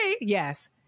Yes